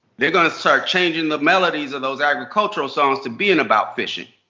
they're gonna start changing the melodies of those agricultural songs to being about fishing.